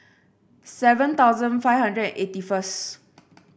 seven thousand five hundred eighty first